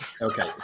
Okay